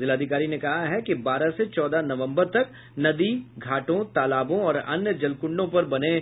जिलाधिकारी ने कहा है कि बारह से चौदह नवम्बर तक नदी घाटों तालाबों और अन्य जलकुंडों पर बने